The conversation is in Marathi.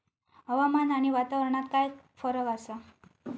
हवामान आणि वातावरणात काय फरक असा?